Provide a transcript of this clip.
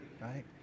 right